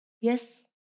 Yes